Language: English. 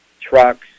trucks